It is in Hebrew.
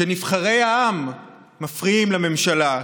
שנבחרי העם מפריעים לממשלה,